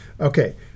Okay